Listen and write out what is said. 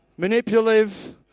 manipulative